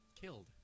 Killed